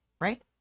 right